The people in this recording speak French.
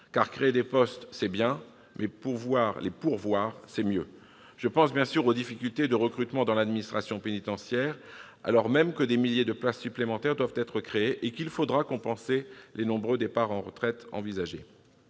car créer des postes, c'est bien, mais les pourvoir, c'est mieux ! Je pense bien sûr ici aux difficultés de recrutement rencontrées par l'administration pénitentiaire, alors même que des milliers de places supplémentaires doivent être créées et qu'il faudra compenser les nombreux départs à la retraite à venir.